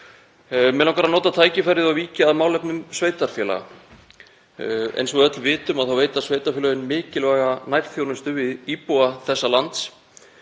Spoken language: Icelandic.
Mig langar að nota tækifærið og víkja að málefnum sveitarfélaga. Eins og við öll vitum veita sveitarfélögin mikilvæga nærþjónustu við íbúa þessa lands